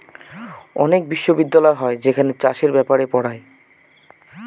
অনেক বিশ্ববিদ্যালয় হয় যেখানে চাষের ব্যাপারে পড়ায়